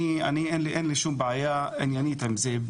אין לי שום בעיה עניינית עם זה,